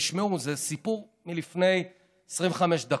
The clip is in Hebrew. תשמעו, זה סיפור מלפני 25 דקות.